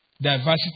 diversity